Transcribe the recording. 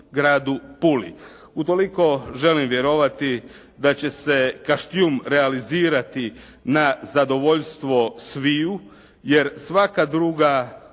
Utoliko želim vjerovati da će se Kaštjun realizirati na zadovoljstvo sviju, jer svaka druga